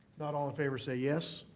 not, all in favor say yes.